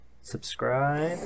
Subscribe